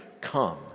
come